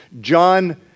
John